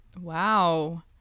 Wow